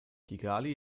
kigali